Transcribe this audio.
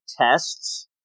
tests